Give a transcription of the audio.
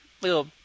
little